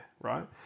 right